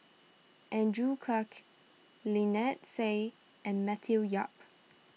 Andrew Clarke Lynnette Seah and Matthew Yap